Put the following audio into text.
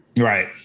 Right